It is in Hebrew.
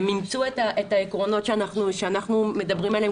הם אימצו את העקרונות שאנחנו מדברים עליהם